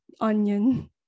onion